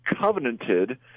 covenanted